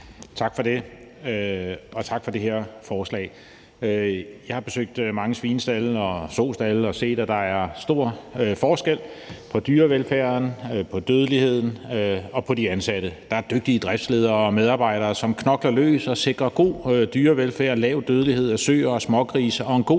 Tak for det, og tak for det her forslag. Jeg har besøgt mange svinestalde og sostalde og set, at der er stor forskel på dyrevelfærden, på dødeligheden og på de ansatte. Der er dygtige driftsledere og medarbejdere, som knokler løs og sikrer god dyrevelfærd og lav dødelighed for søer og smågrise og en god